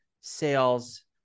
sales